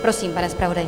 Prosím, pane zpravodaji.